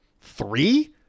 three